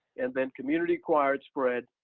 and then community-acquired spread,